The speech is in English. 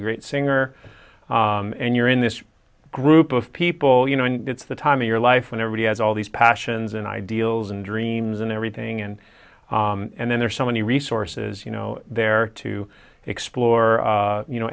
a great singer and you're in this group of people you know and it's the time in your life whenever he has all these passions and ideals and dreams and everything and and then there's so many resources you know there to explore you know